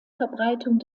verbreitung